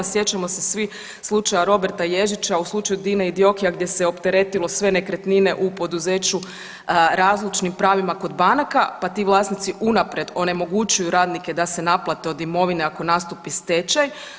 Sjećamo se svi slučaja Roberta Ježića u slučaju DINA-e i DIOKI-a gdje se opteretilo sve nekretnine u poduzeću razlučnim pravima kod banaka pa ti vlasnici unaprijed onemogućuju radnike da se naplate od imovine ako nastupi stečaj.